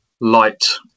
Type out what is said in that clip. light